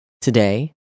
today